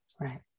Right